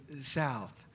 South